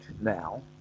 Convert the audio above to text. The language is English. now